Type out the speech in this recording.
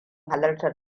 halartar